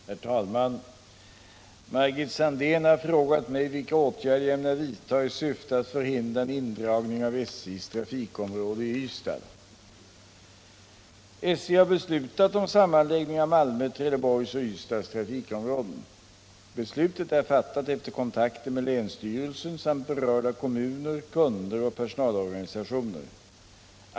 Herr talman! Margit Sandéhn har frågat mig vilka åtgärder jag ämnar vidta i syfte att förhindra en indragning av SJ:s trafikområde i Ystad. SJ har beslutat om sammanläggning av Malmö, Trelleborgs och Ystads trafikområden. Beslutet är fattat efter kontakter med länsstyrelsen samt berörda kommuner, kunder och personalorganisationer.